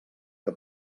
que